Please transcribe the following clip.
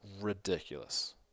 ridiculous